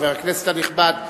חבר הכנסת הנכבד.